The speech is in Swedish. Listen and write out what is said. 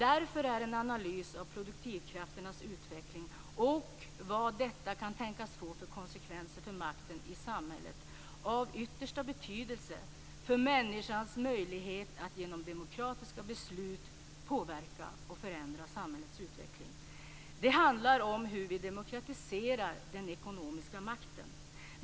Därför är en analys av produktivkrafternas utveckling och vad denna kan tänkas få för konsekvenser för makten i samhället av yttersta betydelse för människans möjlighet att genom demokratiska beslut påverka och förändra samhällets utveckling. Det handlar om hur vi demokratiserar den ekonomiska makten.